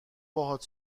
باهات